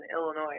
Illinois